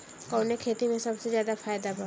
कवने खेती में सबसे ज्यादा फायदा बा?